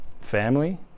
family